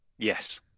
Yes